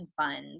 Fund